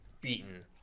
beaten